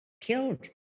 killed